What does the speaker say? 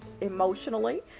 emotionally